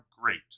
great